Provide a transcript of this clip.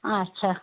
آچھا